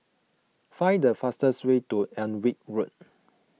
find the fastest way to Alnwick Road